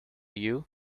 you